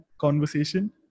conversation